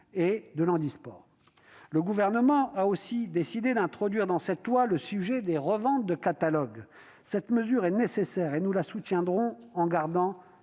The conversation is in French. et du handisport. Le Gouvernement a aussi décidé d'aborder dans ce texte de loi le sujet des reventes de catalogues. Cette mesure est nécessaire, et nous la soutiendrons en lui